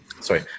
sorry